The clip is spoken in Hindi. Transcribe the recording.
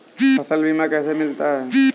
फसल बीमा कैसे मिलता है?